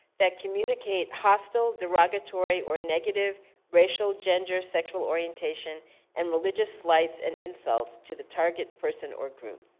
that communicate hostile derogatory or negative racial, gender, sexual orientation and religious rights and insults to the target person or group.